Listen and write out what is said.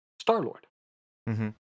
Star-Lord